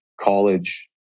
college